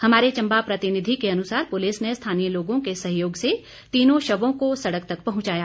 हमारे चंबा प्रतिनिधि के अनुसार पुलिस ने स्थानीय लोगों के सहयोग से तीनों शवों को सड़क तक पहुंचाया